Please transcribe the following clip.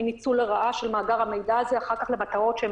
מניצול לרעה של מאגר המידע הזה אחר כך למטרות שהן